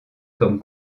comme